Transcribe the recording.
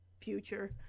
future